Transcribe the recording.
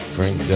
Frank